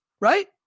right